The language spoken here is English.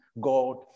God